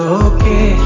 okay